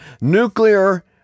nuclear